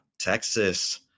Texas